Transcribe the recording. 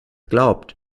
glaubt